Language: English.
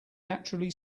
naturally